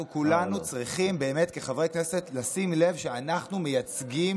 אנחנו כולנו צריכים באמת כחברי הכנסת לשים לב שאנחנו מייצגים